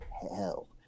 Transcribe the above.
hell